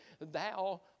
thou